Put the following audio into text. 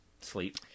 sleep